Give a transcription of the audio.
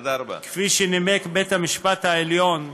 כפי שנימק בית-המשפט העליון,